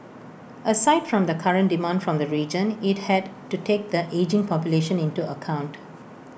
aside from the current demand from the region IT had to take the ageing population into account